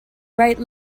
right